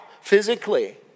physically